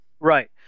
Right